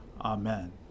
Amen